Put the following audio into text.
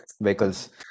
vehicles